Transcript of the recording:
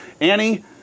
Annie